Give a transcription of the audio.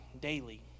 daily